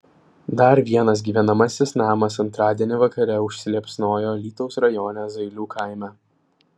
dar vienas gyvenamasis namas antradienį vakare užsiliepsnojo alytaus rajone zailių kaime